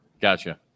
Gotcha